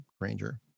Granger